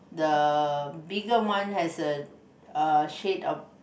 the bigger one has a uh shade of